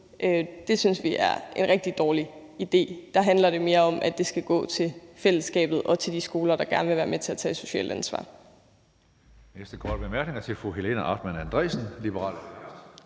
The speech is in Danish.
Det synes vi er en rigtig dårlig idé. Der handler det mere om, at det skal gå til fællesskabet og til de skoler, der gerne vil være med til at tage et socialt ansvar.